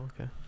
okay